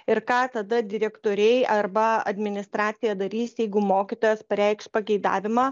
ir ką tada direktoriai arba administracija darys jeigu mokytojas pareikš pageidavimą